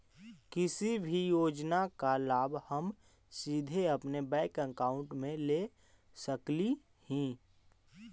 किसी भी योजना का लाभ हम सीधे अपने बैंक अकाउंट में ले सकली ही?